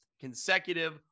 consecutive